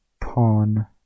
pawn